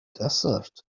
desert